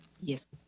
Yes